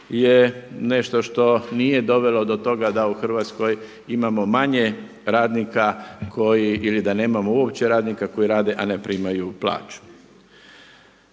je nešto što nije dovelo do toga da u Hrvatskoj imamo manje radnika koji, ili da nemamo uopće radnika koji rade a ne primaju plaću.